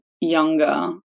younger